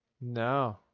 No